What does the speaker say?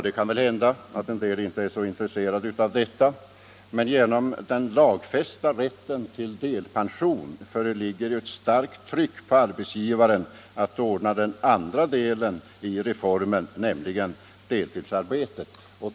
Det kan ju hända att en del inte är så intresserade av detta, men genom den lagfästa rätten till delpension föreligger ett starkt tryck på arbetsgivarna att ordna den andra delen av reformen, nämligen deltidsarbetet.